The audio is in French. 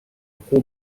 pro